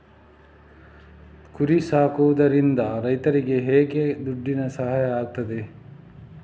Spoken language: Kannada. ಕುರಿ ಸಾಕುವುದರಿಂದ ರೈತರಿಗೆ ಹೇಗೆ ದುಡ್ಡಿನ ಸಹಾಯ ಆಗ್ತದೆ?